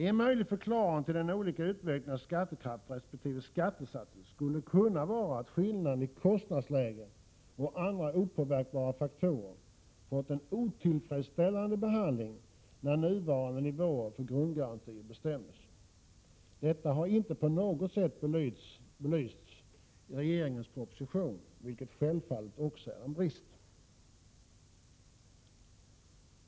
En möjlig förklaring till olikheterna i utvecklingen av skattekraft resp. skattesatser skulle kunna vara att skillnaden i kostnadsläge och andra opåverkbara faktorer fått en otillfredsställande behandling när nuvarande nivåer för grundgarantier bestämdes. Detta har inte på något sätt belysts i regeringens proposition, vilket självfallet också är en brist.